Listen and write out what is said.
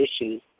issues